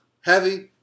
Heavy